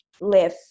live